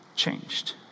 changed